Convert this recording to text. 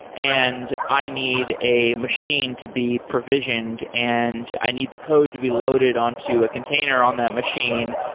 and i need a machine to be provisioned and i need the code to be loaded on to a container on that machine.